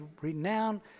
renowned